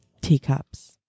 teacups